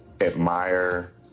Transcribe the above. admire